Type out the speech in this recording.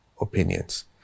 opinions